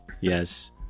Yes